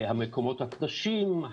המקומות הקדושים,